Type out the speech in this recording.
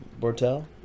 Bortel